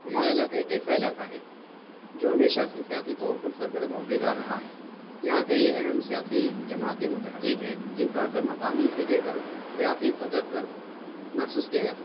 ہمارا علاقہ ایک ایسا علاقہ ہے جو ہمیشہ سے سیاسی طور پر سرگرم و بیدار رہا ہے یہاں کئی اہم سیاسی جماعتیں متحرک ہیں جن کا اثر مقامی سے لے کر ریاستی سطح پر محسوس کیا جا سکتا ہے